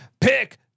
pick